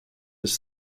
his